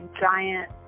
giant